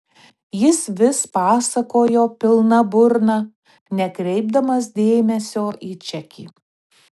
jis vis pasakojo pilna burna nekreipdamas dėmesio į čekį